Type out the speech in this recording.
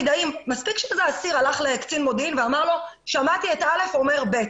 מספיק שאסיר הלך לקצין מודיעין ואמר לו שהוא שמע את א' אומר ב',